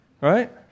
Right